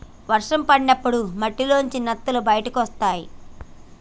వర్షం పడ్డప్పుడు మట్టిలోంచి నత్తలు బయటకొస్తయ్